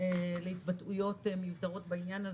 להתבטאויות מיותרות בעניין הזה,